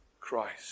Christ